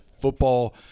football